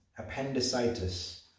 Appendicitis